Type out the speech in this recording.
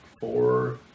four